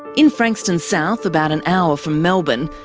in frankston south, about an hour from melbourne,